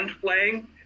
playing